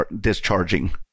discharging